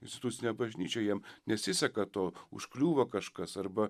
institucine bažnyčia jiem nesiseka to užkliūva kažkas arba